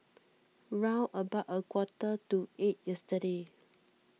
round about a quarter to eight yesterday